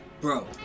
bro